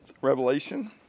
Revelation